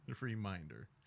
Reminder